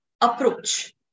approach